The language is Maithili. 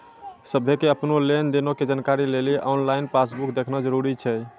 सभ्भे के अपनो लेन देनो के जानकारी लेली आनलाइन पासबुक देखना जरुरी छै